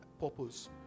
purpose